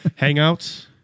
Hangouts